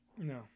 No